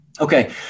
Okay